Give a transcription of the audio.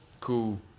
cool